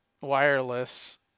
wireless